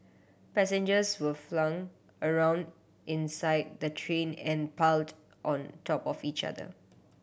passengers were flung around inside the train and piled on top of each other